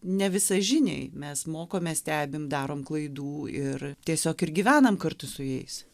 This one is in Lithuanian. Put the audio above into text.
ne visažiniai mes mokomės stebim darom klaidų ir tiesiog ir gyvenam kartu su jais